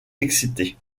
excités